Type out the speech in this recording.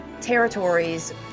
territories